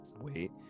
wait